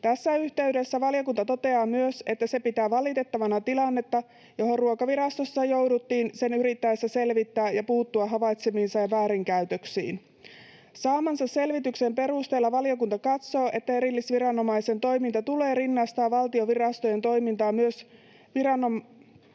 Tässä yhteydessä valiokunta toteaa myös, että se pitää valitettavana tilannetta, johon Ruokavirastossa jouduttiin sen yrittäessä selvittää havaitsemiaan väärinkäytöksiä ja puuttua niihin. Saamansa selvityksen perusteella valiokunta katsoo, että erillisviranomaisen toiminta tulee rinnastaa valtion virastojen toimintaan myös viranomaisen